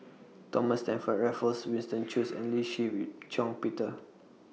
Thomas Stamford Raffles Winston Choos and Lee Shih Shiong Peter